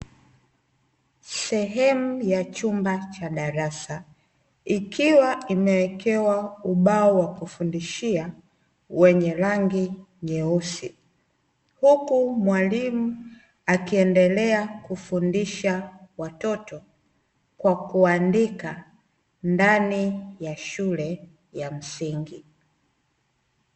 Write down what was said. Sehemu ya chumba cha darasa, ikiwa imewekewa ubao wa kufundishia, wenye rangi nyeusi. Huku mwalimu akiendelea kufudhisha watoto, kwa kuandika ndani ya shule ya msingi.